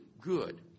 good